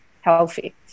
healthy